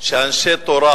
שאנשי תורה